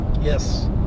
Yes